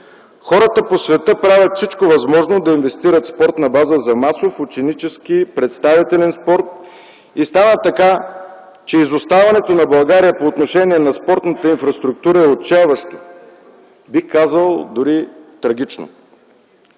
хората по света правят всичко възможно да инвестират в спортни бази за масов, ученически, представителен спорт. Стана така, че изоставането на България по отношение на спортната инфраструктура е отчайващо, бих казал – дори трагично!